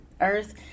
earth